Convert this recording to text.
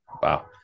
wow